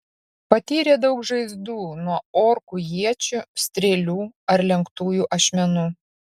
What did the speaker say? patyrė daug žaizdų nuo orkų iečių strėlių ar lenktųjų ašmenų